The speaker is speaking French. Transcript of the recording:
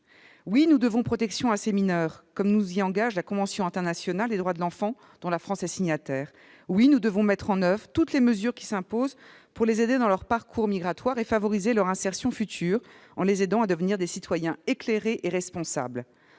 Oui, nous devons protection à ces mineurs, comme nous y engage la convention internationale relative aux droits de l'enfant, dont la France est signataire. Oui, nous devons mettre en oeuvre toutes les mesures qui s'imposent pour faciliter leur parcours migratoire et leur insertion future, et les aider à devenir des citoyens éclairés et responsables.